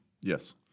Yes